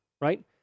right